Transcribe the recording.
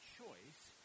choice